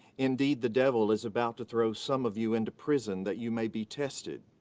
indeed, the devil is about to throw some of you into prison, that you may be tested,